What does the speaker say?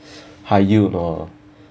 high you you know